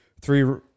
three